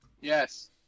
Yes